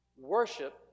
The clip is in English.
Worship